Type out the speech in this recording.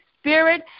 Spirit